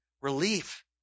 relief